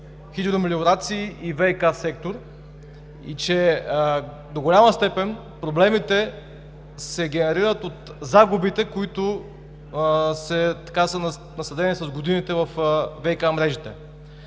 хидромелиорации и ВиК сектор, че до голяма степен проблемите се генерират от загубите, които са насадени с годините във ВиК мрежите.